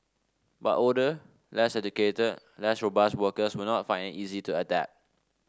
but older less educated less robust workers will not find it easy to adapt